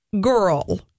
girl